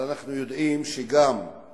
מפה אני רוצה להודות